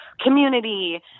Community